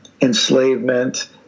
enslavement